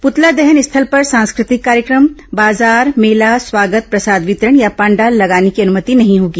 पूतला दहन स्थल पर सांस्कृतिक कार्यक्रम बाजार मेला स्वागत प्रसाद वितरण या पंडाल लगाने की अनुमति नहीं होगी